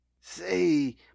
Say